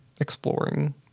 exploring